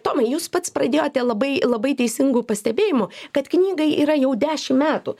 tomai jūs pats pradėjote labai labai teisingu pastebėjimu kad knygai yra jau dešim metų